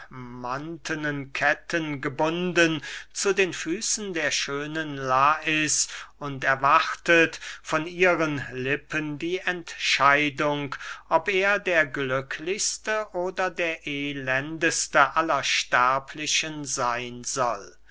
ketten gebunden zu den füßen der schönen lais und erwartet von ihren lippen die entscheidung ob er der glücklichste oder der elendeste aller sterblichen seyn soll